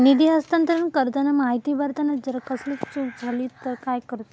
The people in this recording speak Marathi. निधी हस्तांतरण करताना माहिती भरताना जर कसलीय चूक जाली तर काय करूचा?